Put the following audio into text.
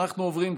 אנחנו עוברים,